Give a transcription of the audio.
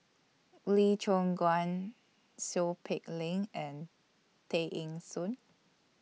Lee Choon Guan Seow Peck Leng and Tay Eng Soon